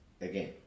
again